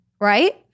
right